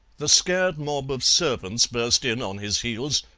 the scared mob of servants burst in on his heels,